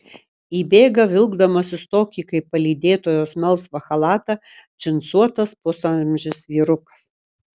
įbėga vilkdamasis tokį kaip palydėtojos melsvą chalatą džinsuotas pusamžis vyrukas